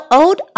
old